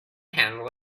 handle